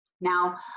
Now